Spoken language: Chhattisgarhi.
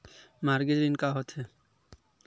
मॉर्गेज ऋण का होथे?